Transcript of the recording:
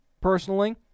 personally